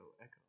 echo